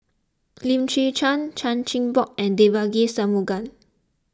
Lim Chwee Chian Chan Chin Bock and Devagi Sanmugam